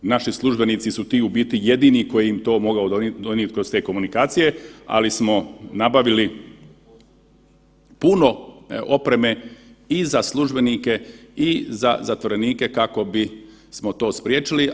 Naši službenici su ti u biti jedini koji bi im to mogli donijeti kroz te komunikacije, ali smo nabavili puno opreme i za službenike i za zatvorenike kako bi smo to spriječili.